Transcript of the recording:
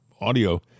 audio